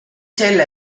selle